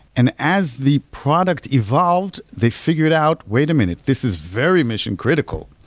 and as the product evolved, they figured out wait a minute, this is very mission critical.